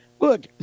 look